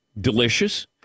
Delicious